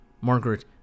Margaret